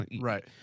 Right